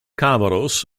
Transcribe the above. calvados